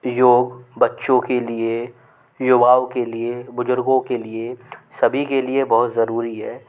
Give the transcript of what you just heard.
योग बच्चों के लिए युवाओं के लिए बुज़ुर्गों के लिए सभी के लिए बहुत ज़रूरी है